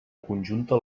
conjunta